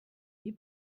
die